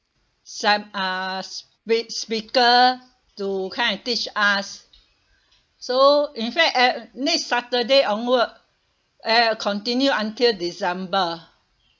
some uh spea~ speaker to kind of teach us so in fact eh next saturday onward uh continue until december